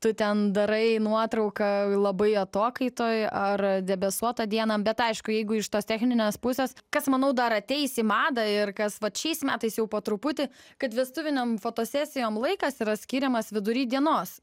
tu ten darai nuotrauką labai atokaitoj ar debesuotą dieną bet aišku jeigu iš tos techninės pusės kas manau dar ateis į madą ir kas vat šiais metais jau po truputį kad vestuvinėm fotosesijom laikas yra skiriamas vidury dienos